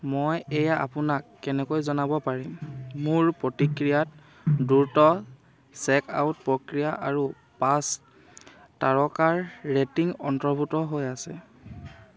মই এয়া আপোনাক কেনেকৈ জনাব পাৰিম মোৰ প্ৰতিক্ৰিয়াত দ্ৰুত চেক আউট প্ৰক্ৰিয়া আৰু পাঁচ তাৰকাৰ ৰেটিং অন্তৰ্ভুক্ত হৈ আছে